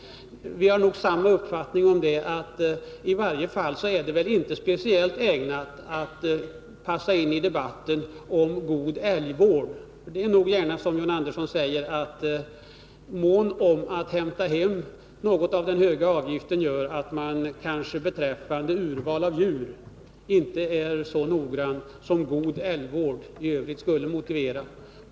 Vi har nog samma uppfattning att detta inte är speciellt ägnat att gynna en god älgvård. Det blir nog gärna så, som John Andersson säger, att ivern att få valuta för den höga avgiften gör att man beträffande urvalet av djur inte är så noggrann som god älgvård skulle motivera.